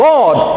God